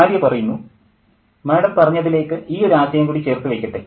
Arya madam പറഞ്ഞതിലേക്ക് ഈ ഒരു ആശയം കൂടി ചേർത്തു വയ്ക്കട്ടെ